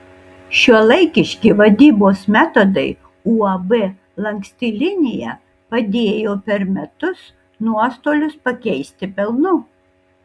šiuolaikiški vadybos metodai uab lanksti linija padėjo per metus nuostolius pakeisti pelnu